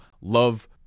love